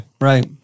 Right